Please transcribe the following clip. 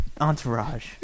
Entourage